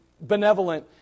benevolent